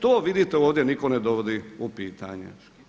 To vidite ovdje nitko ne dovodi u pitanje.